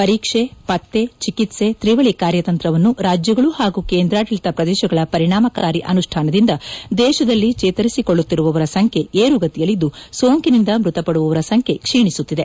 ಪರೀಕ್ಷೆ ಪತ್ತೆ ಚಿಕಿತ್ಸೆ ತ್ರಿವಳಿ ಕಾರ್ಯತಂತ್ರವನ್ನು ರಾಜ್ಯಗಳು ಹಾಗೂ ಕೇಂದ್ರಾಡಳಿತ ಪ್ರದೇಶಗಳ ಪರಿಣಾಮಕಾರಿ ಅನುಷ್ಣಾನದಿಂದ ದೇಶದಲ್ಲಿ ಚೇತರಿಸಿಕೊಳ್ಳುತ್ತಿರುವವರ ಸಂಖ್ಯೆ ಏರುಗತಿಯಲ್ಲಿದ್ದು ಸೋಂಕಿನಿಂದ ಮೃತಪಡುವವರ ಸಂಖ್ಯೆ ಕ್ಷೀಣಿಸುತ್ತಿದೆ